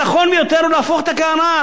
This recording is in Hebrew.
הנכון ביותר הוא להפוך את הקערה,